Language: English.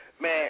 Man